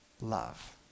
love